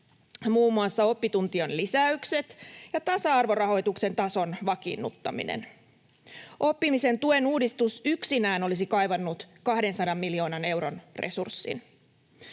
muun muassa oppituntien lisäykset ja tasa-arvorahoituksen tason vakiinnuttaminen. Oppimisen tuen uudistus yksinään olisi kaivannut 200 miljoonan euron resurssin.